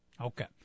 Okay